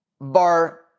bar